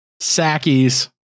sackies